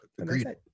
Agreed